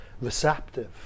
receptive